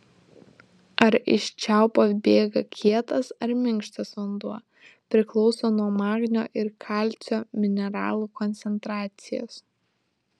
ar iš čiaupo bėga kietas ar minkštas vanduo priklauso nuo magnio ir kalcio mineralų koncentracijos